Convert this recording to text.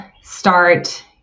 start